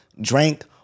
drank-